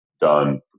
done